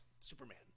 Superman